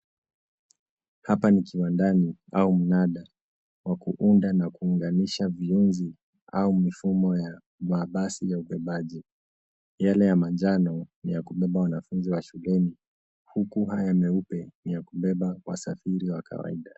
Hapa ni kiwandani au mnanda wa kuunda na kuunganisha viunzi au mifumo ya mabasi ya ubebaji, yale ya manjano ya kubeba wanafunzi wa shuleni, huku haya meupe ni ya kubeba wasafiri wa kawaida.